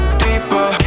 deeper